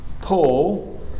Paul